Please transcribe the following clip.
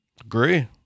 Agree